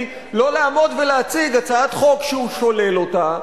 לא לעמוד ולהציג הצעת חוק שהוא שולל אותה,